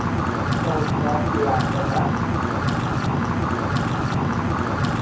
होर सनाओ केह् हाल थोहाडा